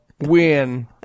win